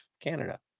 Canada